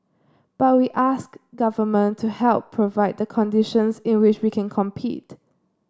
but we ask government to help provide the conditions in which we can compete